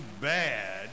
bad